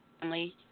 family